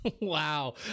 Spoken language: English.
wow